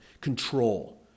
control